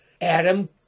Adam